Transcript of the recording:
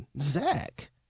Zach